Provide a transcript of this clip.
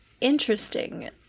interesting